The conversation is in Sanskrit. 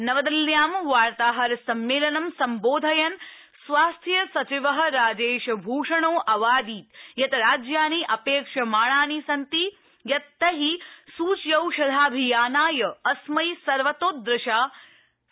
नवदिल्ल्यां वार्ताहरसम्मेलनं सम्बोधयन् स्वास्थ्यसचिव राजेशभूषणो अवादीत् यत् राज्यानि अपेक्ष्यमाणानि सन्ति यत् तै सूच्यौषधाभियानाय अस्मै सर्वतोदृशा सज्जता परिपालयिष्यन्ते